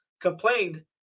complained